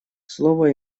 слово